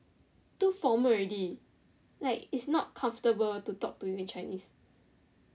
too formal already like it's not comfortable to talk to you in chinese